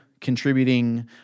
contributing